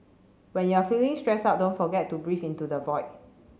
when you are feeling stressed out don't forget to breathe into the void